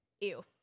ew